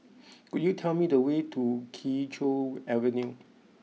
could you tell me the way to Kee Choe Avenue